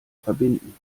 verbinden